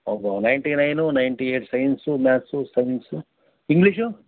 ಓಹೋ ninety nine ninety eight science maths science English